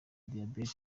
diabète